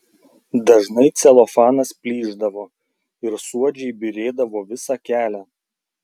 dažnai celofanas plyšdavo ir suodžiai byrėdavo visą kelią